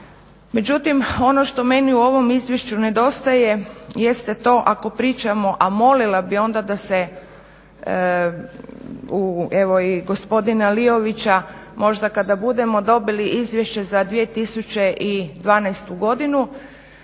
Međutim, ono što meni u ovom izvješću nedostaje jeste to ako pričamo a molila bih da se evo i gospodina Liovića, možda kada budemo dobili Izvješće za 2012. godinu